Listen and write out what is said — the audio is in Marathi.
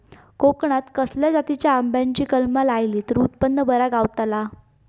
कोकणात खसल्या जातीच्या आंब्याची कलमा लायली तर उत्पन बरा गावताला?